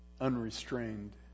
unrestrained